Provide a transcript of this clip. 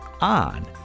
on